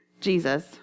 Jesus